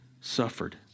suffered